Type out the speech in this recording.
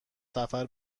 سفر